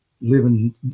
living